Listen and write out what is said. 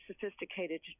sophisticated